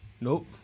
Nope